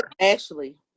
Ashley